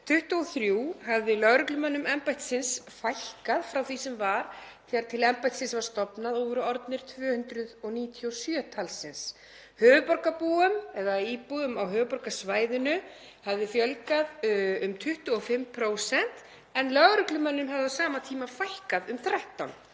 2023 hafði lögreglumönnum embættisins fækkað frá því sem var þegar til embættisins var stofnað og voru orðnir 297 talsins. Höfuðborgarbúum eða íbúum á höfuðborgarsvæðinu hafði fjölgað um 25% en lögreglumönnum hafði á sama tíma fækkað um 13.